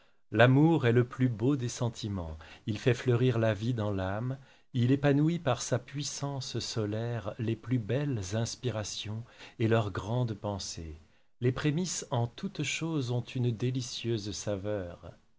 l'amour est le plus beau des sentiments il fait fleurir la vie dans l'âme il épanouit par sa puissance solaire les plus belles inspirations et leurs grandes pensées les prémices en toute chose ont une délicieuse saveur